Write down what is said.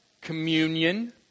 Communion